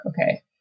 okay